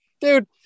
dude